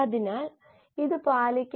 അല്ലെങ്കിൽ ആകില്ല